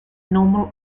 normal